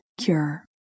cure